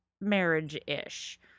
marriage-ish